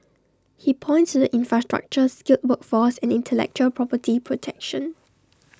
he points to the infrastructure skilled workforce and intellectual property protection